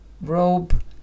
robe